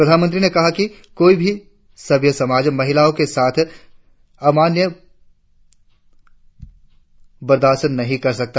प्रधानमंत्री ने कहा कि कोई भी सभ्य समाज महिलाओं के साथ अन्याय बर्दार्श नही कर सकता